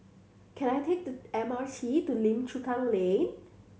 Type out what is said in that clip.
can I take the M R T to Lim Chu Kang Lane